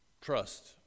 trust